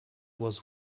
was